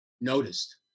noticed